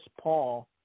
Paul